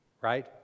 right